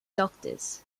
doctors